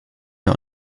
wir